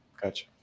Gotcha